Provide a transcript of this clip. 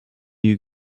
you